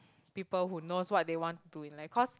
people who knows what they want to do in like cause